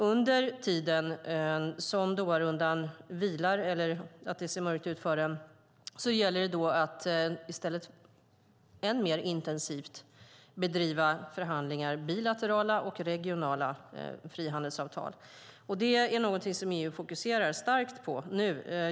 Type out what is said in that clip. Under den tid som det ser mörkt ut för Doharundan gäller det att man än mer intensivt bedriver förhandlingar om bilaterala och regionala frihandelsavtal. Det är någonting som EU fokuserar starkt på nu.